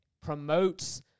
promotes